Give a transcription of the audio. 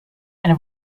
eine